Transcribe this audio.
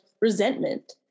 resentment